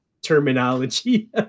terminology